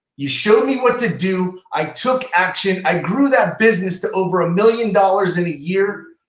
you showed me what to do, i took action, i grew that business to over a million dollars in a year.